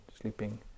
sleeping